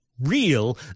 Real